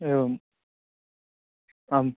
एवम् आं